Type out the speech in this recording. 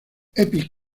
epic